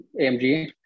AMG